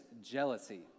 jealousy